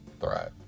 Thrive